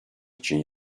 için